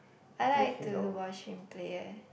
I like to watch him play eh